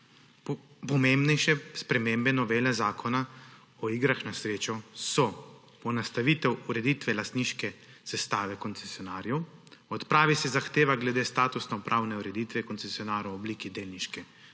Pomembnejše spremembe novele Zakona o igrah na srečo so: poenostavitev ureditve lastniške sestave koncesionarjev; odpravi se zahteva glede statusnopravne ureditve koncesionarjev v obliki delniške družbe;